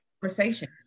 conversation